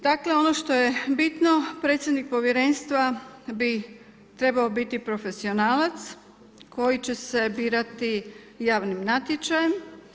Dakle ono što je bitno, predsjednik povjerenstva bi trebao biti profesionalac koji će se birati javnim natječajem.